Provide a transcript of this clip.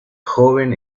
joven